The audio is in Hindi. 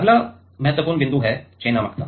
अगला महत्वपूर्ण बिंदु है चयनात्मकता